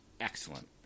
Excellent